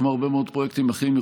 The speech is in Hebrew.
כמו הרבה מאוד פרויקטים אחרים,